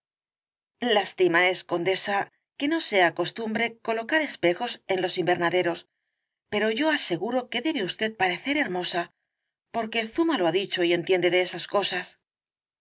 lástima es condesa que no sea costumbre colocar espejos en los invernaderos pero yo aseguro que debe usted parecer hermosa porque zuma lo ha dicho y entiende de esas cosas